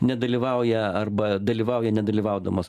nedalyvauja arba dalyvauja nedalyvaudamos